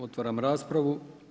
Otvaram raspravu.